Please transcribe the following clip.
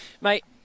mate